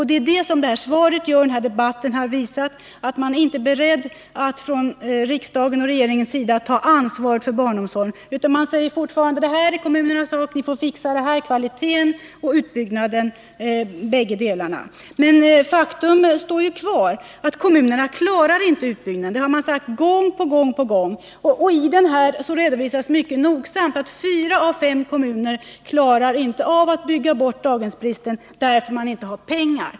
Det svar som avgavs i denna debatt har visat att man inte från regeringens och riksdagens sida är beredd att ta ansvaret för barnomsorgen, utan man säger fortfarande: Det här är kommunernas sak, ni får fixa kvaliteten och utbyggnaden. Men faktum står kvar. Kommunerna klarar inte utbyggnaden. Det har man sagt gång på gång. I planeringsgruppens bok redovisas mycket noggrant att fyra av fem kommuner inte klarar av att bygga bort daghemsbristen, därför att man inte har pengar.